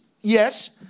Yes